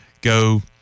go